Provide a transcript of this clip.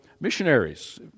missionaries